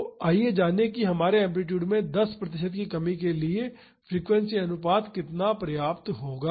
तो आइए जानें कि हमारे एम्पलीटूड में 10 प्रतिशत की कमी के लिए फ्रीक्वेंसी अनुपात कितना पर्याप्त होगा